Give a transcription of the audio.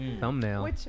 Thumbnail